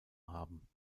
haben